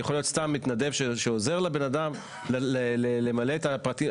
יכול להיות סתם מתנדב שעוזר לאדם למלא את הפרטים.